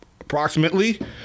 approximately